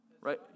Right